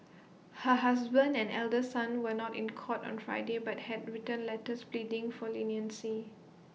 her husband and elder son were not in court on Friday but had written letters pleading for leniency